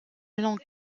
longue